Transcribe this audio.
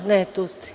A, ne, tu ste.